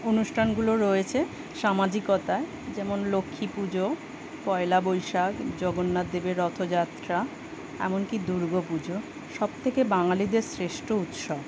অনুষ্ঠানগুলো রয়েছে সামাজিকতায় যেমন লক্ষ্মী পুজো পয়লা বৈশাখ জগন্নাথদেবের রথযাত্রা এমনকি দুর্গা পুজো সব থেকে বাঙালিদের শ্রেষ্ঠ উৎসব